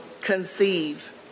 conceive